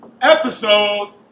episode